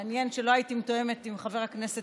מעניין שלא הייתי מתואמת עם חבר הכנסת